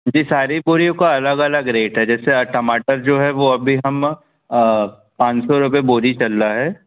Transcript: जी सारी बोरियों का अलग अलग रेट है जैसे टमाटर जो है वह अभी हम पाँच सौ रुपए बोरी चल रहा है